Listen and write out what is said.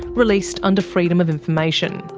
released under freedom of information.